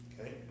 Okay